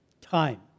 time